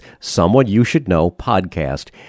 someoneyoushouldknowpodcast